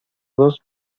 dos